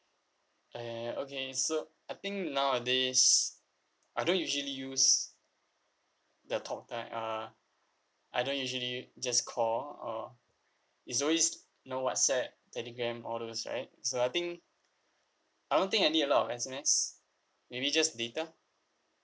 ah ya ya okay so I think nowadays I don't usually use the talk time err I don't usually just call or it's always you know whatsapp telegram all those right so I think I don't think I need a lot of S_M_S maybe just data